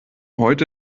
heute